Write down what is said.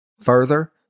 Further